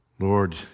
Lord